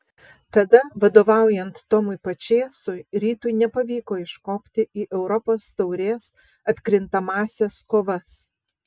tada vadovaujant tomui pačėsui rytui nepavyko iškopti į europos taurės atkrintamąsias kovas